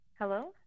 Hello